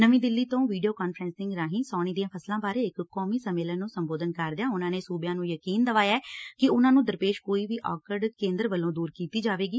ਨਵੀਂ ਦਿੱਲੀ ਤੋਂ video conferencing ਰਾਹੀਂ ਸਾਉਣੀ ਦੀਆਂ ਫਸਲਾਂ ਬਾਰੇ ਇਕ ਕੌਮੀ ਸੰਮੇਲਨ ਨੁੰ ਸੰਬੋਧਨ ਕਰਦਿਆਂ ਉਨਾਂ ਨੇ ਸੁਬਿਆਂ ਨੂੰ ਯਕੀਨ ਦਵਾਇਆ ਕਿ ਉਨਾਂ ਨੂੰ ਦਰਪੇਸ਼ ਕੋਈ ਵੀ ਔਕਤ ਕੇਂਦਰ ਵੱਲੋਂ ਦੂਰ ਕੀਤੀ ਜਾਵੇਗੀ